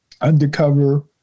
undercover